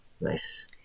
Nice